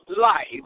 life